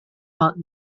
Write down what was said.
font